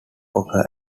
occur